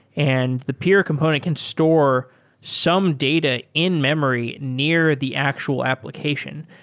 and the peer component can store some data in-memory near the actual application.